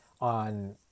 on